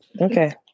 Okay